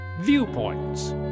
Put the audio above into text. Viewpoints